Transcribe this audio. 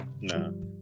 No